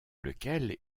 lequel